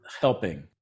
helping